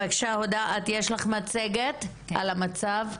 יש לך מצגת על המצב.